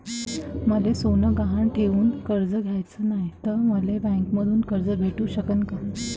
मले सोनं गहान ठेवून कर्ज घ्याचं नाय, त मले बँकेमधून कर्ज भेटू शकन का?